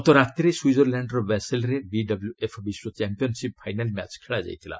ଗତରାତିରେ ସୁଇଜରଲ୍ୟାଣ୍ଡର ବାସେଲ୍ରେ ବିଡବ୍ଲଏଫ୍ ବିଶ୍ୱ ଚମ୍ପିୟାନ୍ସିପ୍ ଫାଇନାଲ୍ ମ୍ୟାଚ୍ ଖେଳାଯାଇଥିଲା